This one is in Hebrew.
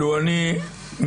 לו אני מתלונן,